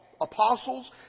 apostles